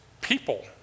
people